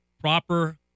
proper